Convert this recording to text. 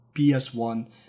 PS1